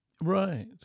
Right